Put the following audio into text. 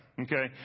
Okay